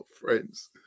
friends